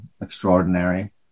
extraordinary